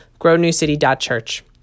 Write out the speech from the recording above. grownewcity.church